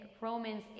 Romans